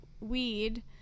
weed